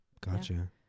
Gotcha